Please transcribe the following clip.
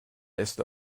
äste